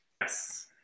Yes